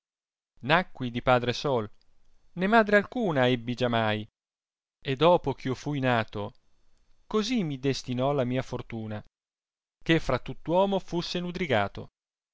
nacqui di padre sol ne madre alcuna ebbi giamai e dopo eh io fui nato così mi destinò la mia fortuna che fra tutt uomo fusse nudrigato